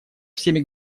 всеми